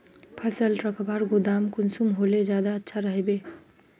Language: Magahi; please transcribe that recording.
फसल रखवार गोदाम कुंसम होले ज्यादा अच्छा रहिबे?